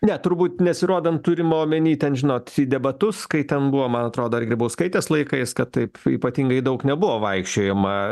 ne turbūt nesirodant turima omeny ten žinot į debatus kai ten buvo man atrodo grybauskaitės laikais kad taip ypatingai daug nebuvo vaikščiojama